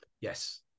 Yes